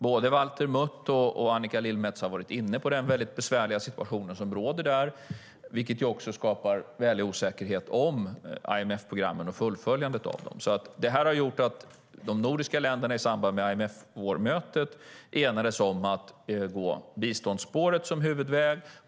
Både Valter Mutt och Annika Lillemets har varit inne på den besvärliga situation som råder där. Den skapar också väldig osäkerhet om IMF-programmen och fullföljandet av dem. Det har alltså lett till att de nordiska länderna i samband med IMF-vårmötet enades om biståndsspåret som huvudväg.